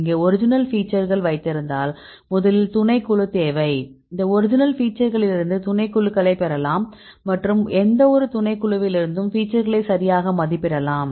இங்கே ஒரிஜினல் ஃபீச்சர்கள் வைத்திருந்தால் முதலில் துணைக்குழு தேவை இந்த ஒரிஜினல் ஃபீச்சர்களிலிருந்து துணைக்குழுக்களைப் பெறலாம் மற்றும் எந்தவொரு துணைக்குழுவிலிருந்தும் ஃபீச்சர்களை சரியாக மதிப்பிடலாம்